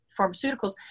pharmaceuticals